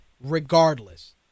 regardless